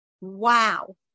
Wow